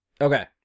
Okay